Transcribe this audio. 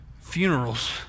funerals